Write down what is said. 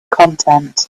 content